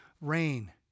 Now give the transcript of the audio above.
rain